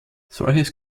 solches